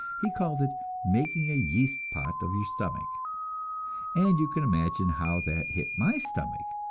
he called it making a yeast-pot of your stomach and you can imagine how that hit my stomach,